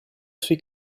sui